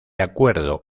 acuerdo